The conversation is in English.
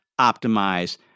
optimize